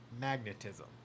magnetism